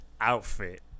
outfit